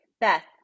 Beth